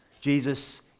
Jesus